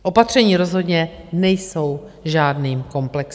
Opatření rozhodně nejsou žádným komplexem.